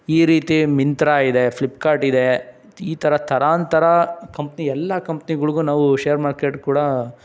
ಈ ರೀತಿ ಮಿಂತ್ರ ಇದೆ ಫ್ಲಿಪ್ಕಾರ್ಟ್ ಇದೆ ಈ ಥರ ಥರಾಂಥರ ಕಂಪ್ನಿ ಎಲ್ಲ ಕಂಪ್ನಿಗಳ್ಗೂ ನಾವು ಶೇರ್ ಮಾರ್ಕೆಟ್ ಕೂಡ